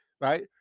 right